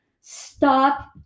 stop